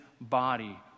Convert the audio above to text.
body